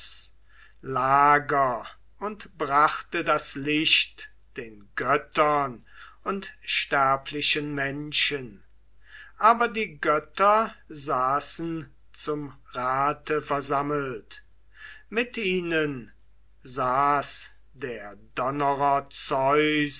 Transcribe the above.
lager und brachte das licht den göttern und sterblichen menschen aber die götter saßen zum rate versammelt mit ihnen saß der